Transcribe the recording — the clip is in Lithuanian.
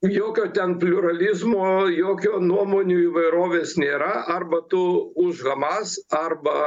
jokio ten pliūralizmo jokio nuomonių įvairovės nėra arba tu už hamas arba